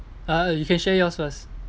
uh you can share yours first